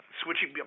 switching